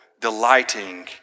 delighting